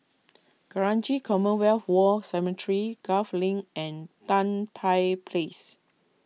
Kranji Commonwealth War Cemetery Gul Link and Tan Tye Place